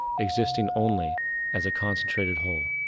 existing only as a concentrated whole.